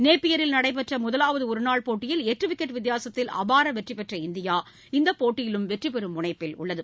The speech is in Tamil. நேப்பியரில் நடைபெற்ற முதவாவது ஒருநாள் போட்டியில் எட்டு விக்கெட் வித்தியாசத்தில் அபார வெற்றி பெற்ற இந்தியா இந்தப் போட்டியிலும் வெற்றிபெறும் முனைப்பில் உள்ளது